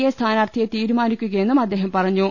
A സ്ഥാനാർഥിയെ തീരുമാനിക്കുകയെന്നും അദ്ദേഹം പറഞ്ഞു